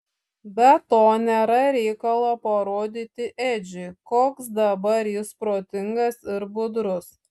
be to nėra reikalo parodyti edžiui koks dabar jis protingas ir budrus